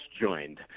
joined